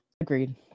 Agreed